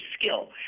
skill